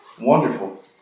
Wonderful